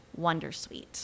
wondersuite